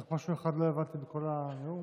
רק משהו אחד לא הבנתי מכל הנאום,